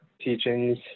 teachings